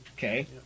Okay